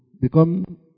become